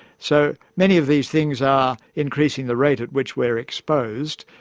so, many of these things are increasing the rate at which we're exposed.